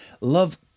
love